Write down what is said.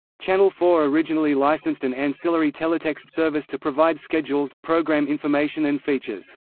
channel four originally licensed an ancillary teletext service to provide schedules, programme information and features.